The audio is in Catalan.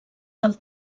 del